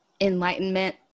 enlightenment